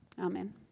Amen